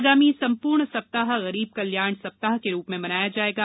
आगामी संपूर्ण सप्ताह गरीब कल्याण सप्ताह के रूप में मनाया जाएगा